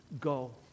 go